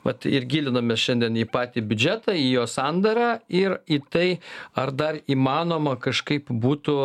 vat ir gilinamės šiandien į patį biudžetą į jo sandarą ir į tai ar dar įmanoma kažkaip būtų